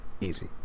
easy